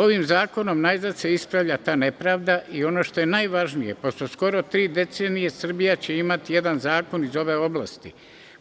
Ovim zakonom, najzad se ispravlja ta nepravda i ono što je najvažnije, pošto skoro tri decenije Srbija će imati jedan zakon iz ove oblasti,